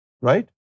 Right